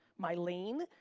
my lane,